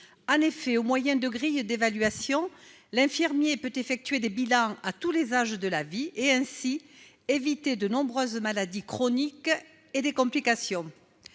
en effet, au moyen de grille d'évaluation, l'infirmier peut effectuer des bilans à tous les âges de la vie, et ainsi éviter de nombreuses maladies chroniques et des complications,